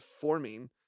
forming